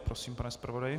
Prosím, pane zpravodaji.